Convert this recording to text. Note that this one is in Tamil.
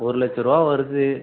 ஒரு லட்சருபா வருது